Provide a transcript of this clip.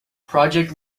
project